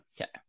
okay